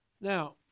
Now